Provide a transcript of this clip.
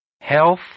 Health